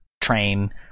Train